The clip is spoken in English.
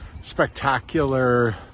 spectacular